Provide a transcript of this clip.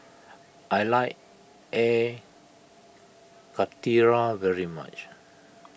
I like Air Karthira very much